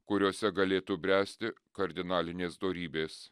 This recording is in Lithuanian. kuriose galėtų bręsti kardinalinės dorybės